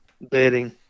bedding